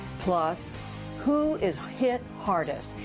plus who is hit hardest?